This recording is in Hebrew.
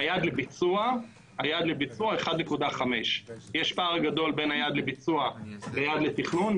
היעד לביצוע הוא 1.5. יש פער גדול בין היעד לביצוע לבין היעד לתכנון,